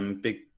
Big